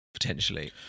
potentially